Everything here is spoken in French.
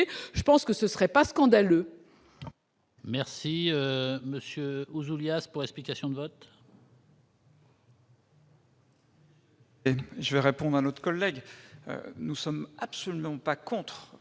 je pense que ce serait pas scandaleux.